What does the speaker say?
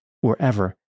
wherever